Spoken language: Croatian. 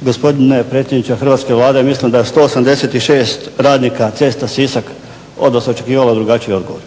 (HDZ)** Gospodine predsjedniče hrvatske Vlade, mislim da je 186 radnika Cesta Sisak, od vas sam očekivao drugačiji odgovor.